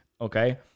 Okay